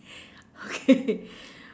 okay